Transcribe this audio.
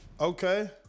Okay